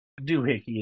doohickey